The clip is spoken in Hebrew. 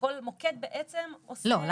כשכל מוקד בעצם עושה -- לא,